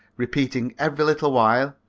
repeating every little while,